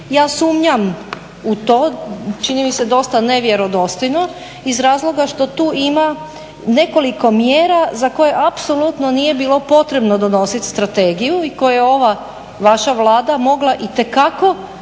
ja sumnjam u to, čini mi se dosta nevjerodostojno iz razloga što tu ima nekoliko mjera za koje apsolutno nije bilo potrebno donosit strategiju i koje je ova vaša Vlada mogla itekako provoditi